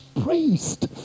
priest